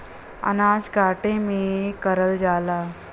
अनाज काटे में करल जाला